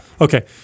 okay